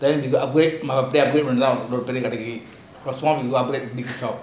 then அப்பிடியே:apidiyae upgrade பனிக்காலம்:panikalam because small than after that big stock